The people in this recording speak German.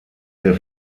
der